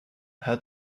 her